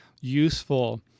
useful